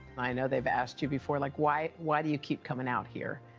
i know they've asked you before, like, why why do you keep coming out here?